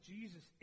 Jesus